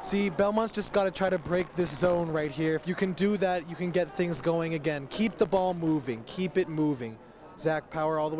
see bell most just going to try to break this so right here if you can do that you can get things going again keep the ball moving keep it moving zack power all the